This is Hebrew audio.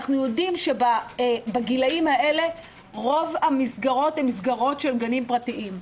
אנו יודעים שבגילאים האלה רוב המסגרות הם של גנים פרטיים.